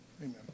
amen